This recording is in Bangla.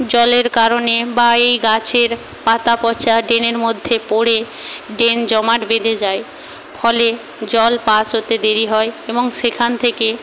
জলের কারণে বা এই গাছের পাতা পচা ড্রেনের মধ্যে পড়ে ড্রেন জমাট বেঁধে যায় ফলে জল পাস হতে দেরি হয় এবং সেখান থেকে